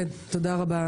תודה רבה,